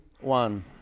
one